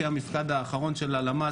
לפי המפקד האחרון של הלמ"ס,